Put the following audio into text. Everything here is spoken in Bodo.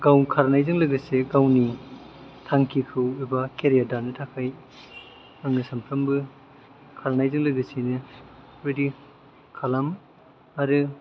गाव खारनायजों लोगोसे गावनि थांखिखौ एबा केरियार दानो थाखाय आङो सानफ्रामबो खारनायजों लोगोसेनो बेफोरबायदि खालाम आरो